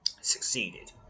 Succeeded